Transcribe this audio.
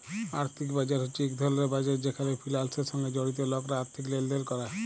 আর্থিক বাজার হছে ইক ধরলের বাজার যেখালে ফিলালসের সঙ্গে জড়িত লকরা আথ্থিক লেলদেল ক্যরে